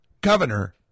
governor